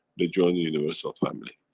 they join the universal family.